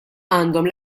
għandhom